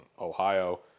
Ohio